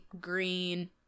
green